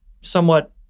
somewhat